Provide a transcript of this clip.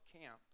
camp